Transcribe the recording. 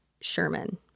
Sherman